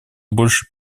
больше